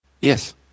Yes